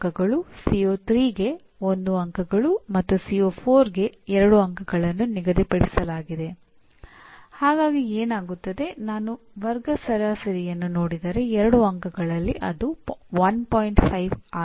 ಅವನು ಅದರೊಂದಿಗೆ ಪರಿಚಿತನೆಂದು ಹೇಳಿದರೆ ಅವನು ನೇರವಾಗಿ ಪರಿಚಿತನಾಗಿರುವುದನ್ನು ನಾನು ಗಮನಿಸಲು ಸಾಧ್ಯವಿಲ್ಲ